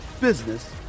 business